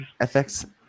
FX